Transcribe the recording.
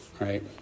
right